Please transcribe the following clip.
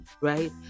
right